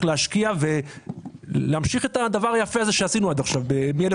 ולהשקיע, להמשיך את הדבר היפה הזה שעשינו מ-1961.